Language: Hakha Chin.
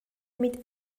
mit